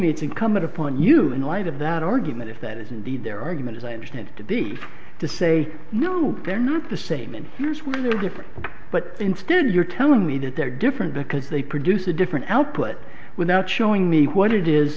me it's incumbent upon you in light of that argument if that is indeed their argument as i understand it to be to say no they're not the same answers when they're different but instead you're telling me that they're different because they produce a different output without showing me what it is